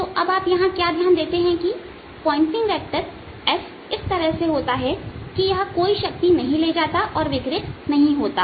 तो अब आप यहां क्या ध्यान देते हैं कि पॉइंटिंग वेक्टर s इस तरह से होता है कि यह कोई शक्ति नहीं ले जाता और विकिरित नहीं होता